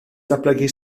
datblygu